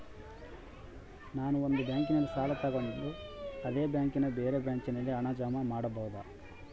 ನಾನು ಒಂದು ಬ್ಯಾಂಕಿನಲ್ಲಿ ಸಾಲ ತಗೊಂಡು ಅದೇ ಬ್ಯಾಂಕಿನ ಬೇರೆ ಬ್ರಾಂಚಿನಲ್ಲಿ ಹಣ ಜಮಾ ಮಾಡಬೋದ?